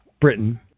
Britain